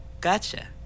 gotcha